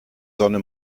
sonne